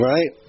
Right